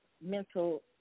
mental